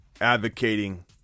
advocating